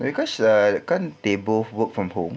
cause uh kan they both work from home